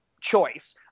choice